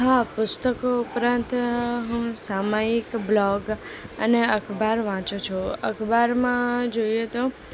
હા પુસ્તકો ઉપરાંત હું સામયિક બ્લોગ અને અખબાર વાંચું છું અખબારમાં જોઈએ તો